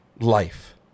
life